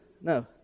no